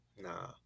Nah